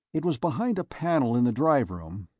it was behind a panel in the drive room,